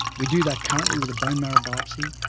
we do that currently with a bone marrow biopsy,